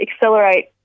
accelerate